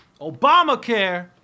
Obamacare